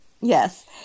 Yes